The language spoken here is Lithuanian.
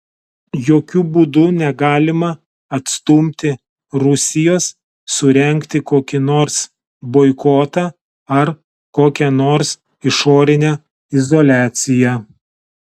jokiu būdu negalima atstumti rusijos surengti kokį nors boikotą ar kokią nors išorinę izoliaciją